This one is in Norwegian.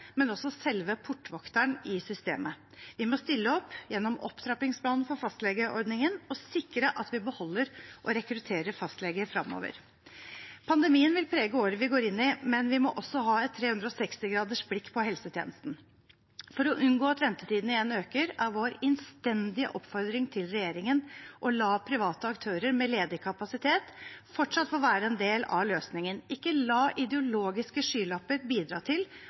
men også selve portvokteren i systemet. Vi må stille opp gjennom opptrappingsplanen for fastlegeordningen og sikre at vi beholder og rekrutterer fastleger fremover. Pandemien vil prege året vi går inn i, men vi må også ha et 360-gradersblikk på helsetjenesten. For å unngå at ventetidene igjen øker, er vår innstendige oppfordring til regjeringen å la private aktører med ledig kapasitet fortsatt få være en del av løsningen – ikke la ideologiske skylapper bidra til